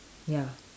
ya